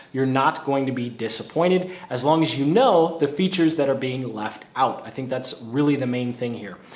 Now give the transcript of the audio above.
you're not going to be disappointed as long as you know, the features that are being left out. i think that's really the main thing here.